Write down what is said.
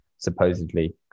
supposedly